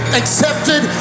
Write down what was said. accepted